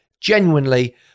genuinely